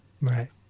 Right